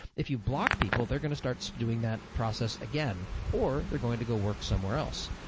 if you block people, they're going to start so doing that process again or they're going to go work somewhere else.